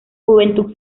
juventud